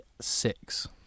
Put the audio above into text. six